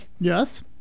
Yes